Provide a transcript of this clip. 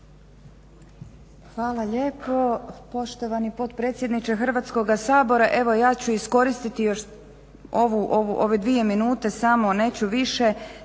Hvala lijepo. Poštovani potpredsjedniče Hrvatskoga sabora, evo ja ću iskoristiti još ove dvije minute samo, neću više